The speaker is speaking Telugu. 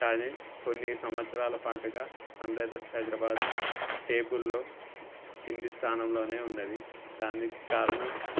కానీ కొన్ని సంవత్సరాల పాటుగా సన్రైజర్స్ హైదరాబాద్ టేబుల్లో కింది స్థానంలోనే ఉన్నది దానికి కారణం